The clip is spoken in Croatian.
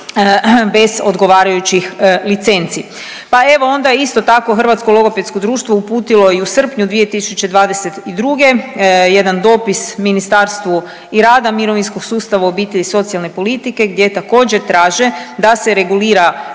bez odgovarajućih licenci. Pa evo onda isto tako Hrvatsko logopedsko društvo uputilo je i u srpnju 2022. jedan dopis Ministarstvu i rada, mirovinskog sustava, obitelji i socijalne politike gdje također traže da se regulira